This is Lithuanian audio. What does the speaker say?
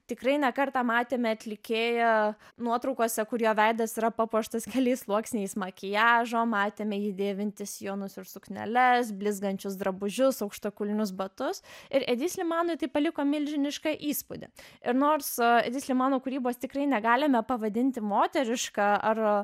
tikrai ne kartą matėme atlikėją nuotraukose kur jo veidas yra papuoštas keliais sluoksniais makiažo matėme jį dėvintį sijonus ir sukneles blizgančius drabužius aukštakulnius batus ir edi slimanui tai paliko milžinišką įspūdį ir nors edi slimano kūrybos tikrai negalime pavadinti moteriška ar